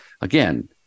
again